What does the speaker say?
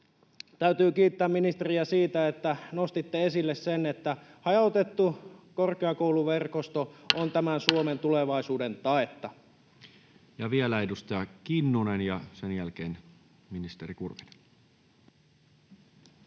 Täytyy kiittää ministeriä siitä, että nostitte esille sen, että hajautettu korkeakouluverkosto on Suomen tulevaisuuden taetta. Ja vielä edustaja Kinnunen ja sen jälkeen ministeri Kurvinen.